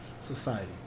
Society